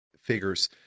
figures